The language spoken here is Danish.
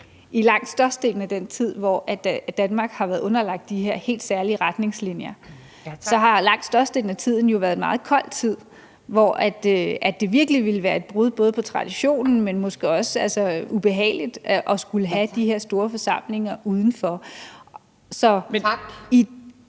langt størstedelen af den tid, hvor Danmark har været underlagt de her helt særlige retningslinjer, jo været en meget kold tid, hvor det virkelig ville være både et brud på traditionen, men måske også ubehageligt at skulle have de her store forsamlinger udenfor. Kl.